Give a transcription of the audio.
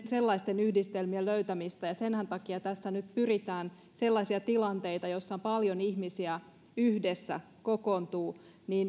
sellaisten yhdistelmien löytämistä ja senhän takia tässä nyt pyritään sellaisia tilanteita joissa on paljon ihmisiä yhdessä kokoontuu